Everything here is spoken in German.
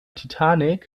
titanic